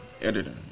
editor